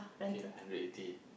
okay hundred eighty